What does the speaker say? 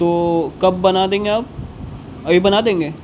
تو کب بنا دیں گے آپ ابھی بنا دیں گے